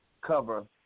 cover